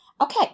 okay